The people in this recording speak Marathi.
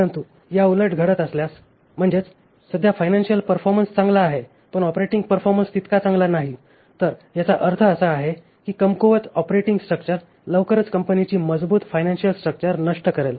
परंतु याउलट असे घडत असल्यास म्हणजेच सध्या फायनान्शिअल परफॉर्मन्स चांगला आहे पण ऑपरेटिंग परफॉर्मन्स तितका चांगला नाही तर याचा अर्थ असा आहे की कमकुवत ऑपरेटिंग स्ट्रक्चर लवकरच कंपनीची मजबूत फायनान्शिअल स्ट्रक्चर नष्ट करेल